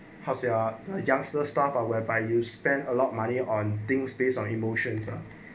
how say ah youngster staff or whereby you spend a lot of money on things based on emotions ah